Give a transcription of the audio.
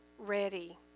Ready